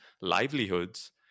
livelihoods